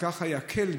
וככה זה יקל,